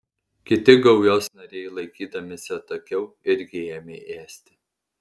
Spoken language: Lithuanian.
kiti gaujos nariai laikydamiesi atokiau irgi ėmė ėsti